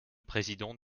président